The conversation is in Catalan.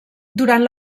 durant